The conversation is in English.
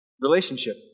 Relationship